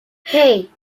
hey